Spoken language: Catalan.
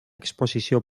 exposició